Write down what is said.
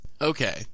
Okay